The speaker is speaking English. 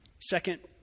Second